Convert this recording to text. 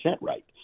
right